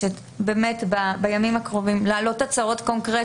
הצעות קונקרטיות איך אפשר לעשות את זה.